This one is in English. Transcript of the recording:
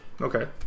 okay